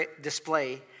display